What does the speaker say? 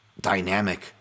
dynamic